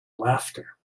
laughter